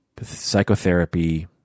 psychotherapy